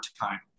time